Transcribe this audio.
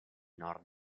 nord